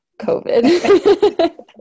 COVID